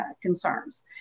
concerns